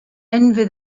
envy